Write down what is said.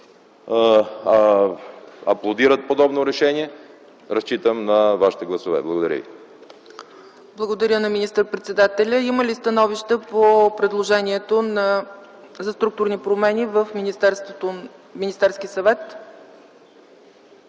аплодират подобно решение. Разчитам на вашите гласове. Благодаря ви. ПРЕДСЕДАТЕЛ ЦЕЦКА ЦАЧЕВА: Благодаря на министър-председателя. Има ли становища по предложението за структурни промени в Министерския съвет?